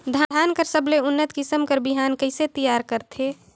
धान कर सबले उन्नत किसम कर बिहान कइसे तियार करथे?